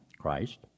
Christ